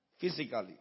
physically